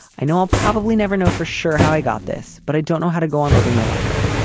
i know i'll probably never know for sure how i got this, but i don't know how to go on living my life.